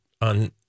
on